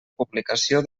publicació